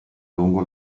lungo